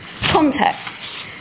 contexts